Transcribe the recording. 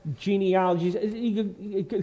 genealogies